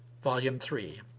volume three